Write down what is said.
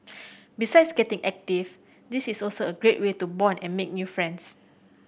besides getting active this is also a great way to bond and make new friends